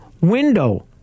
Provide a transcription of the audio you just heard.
window